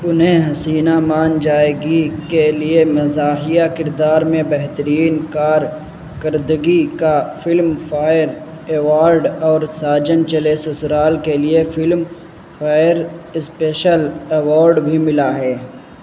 اُنہیں حسینہ مان جائے گی کے لیے مزاحیہ کردار میں بہترین کارکردگی کا فلم فائر ایوارڈ اور ساجن چلے سسرال کے لیے فلم فیئر اسپیشل ایوارڈ بھی ملا ہے